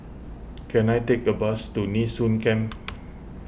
can I take a bus to Nee Soon Camp